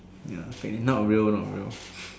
ya not real not real